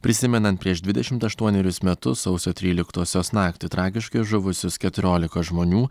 prisimenant prieš dvidešimt aštuonerius metus sausio tryliktosios naktį tragiškai žuvusius keturiolika žmonių